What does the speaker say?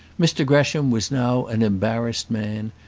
mr gresham was now an embarrassed man,